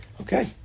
Okay